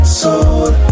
sold